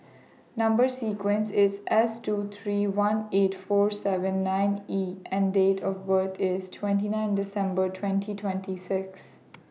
Number sequence IS S two three one eight four seven nine E and Date of birth IS twenty nine December twenty twenty six